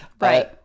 right